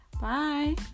Bye